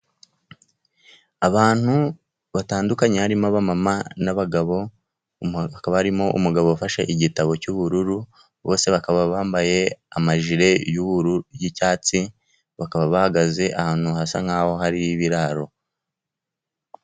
Abantu batandukanye barimo aba mama, n'abagabo. Barimo umugabo wafashe igitabo cy'ubururu, bose bakaba bambaye amajire y'icyatsi, bakaba bahagaze ahantu hasa nkaho hari ibiraro.